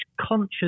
conscious